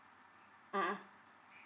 mmhmm